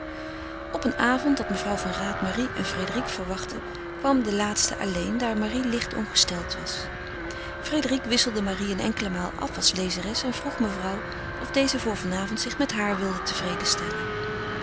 op een avond dat mevrouw van raat marie en frédérique verwachtte kwam de laatste alleen daar marie licht ongesteld was frédérique wisselde marie een enkele maal af als lezeres en vroeg mevrouw of deze zich voor van avond met haar wilde tevreden stellen